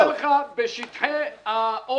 אז אני אומר לך בשטחי מטעים.